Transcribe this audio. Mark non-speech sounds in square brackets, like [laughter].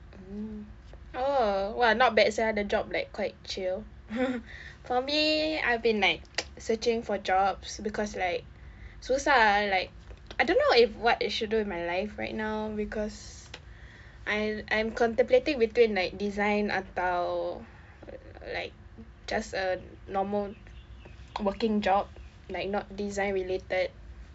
oh !wah! not bad sia the job like quite chill [laughs] for me I've been like [noise] searching for jobs because like susah lah like I don't know if what I should do with my life right now because I I'm contemplating between like design atau like just a normal working job like not design related